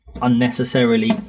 unnecessarily